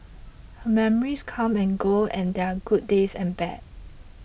her memories come and go and there are good days and bad